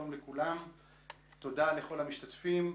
תודה לכל המשתתפים.